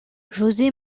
josé